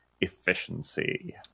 efficiency